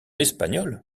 espagnol